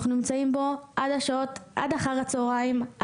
אנחנו נמצאים בו עד אחר הצהריים,